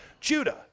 Judah